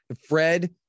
Fred